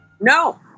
No